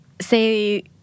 say